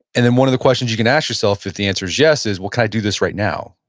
and then one of the questions you can ask yourself if the answer is yes, is well, can i do this right now?